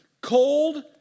cold